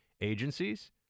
agencies